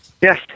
Yes